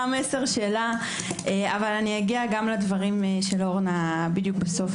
גם לדברים של אורנה בסוף.